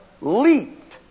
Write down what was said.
leaped